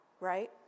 right